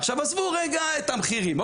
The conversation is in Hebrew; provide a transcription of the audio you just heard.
עזבו רגע את המחירים,